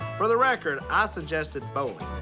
for the record, i suggested bowling.